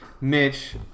Mitch